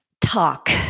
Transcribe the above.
talk